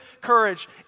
courage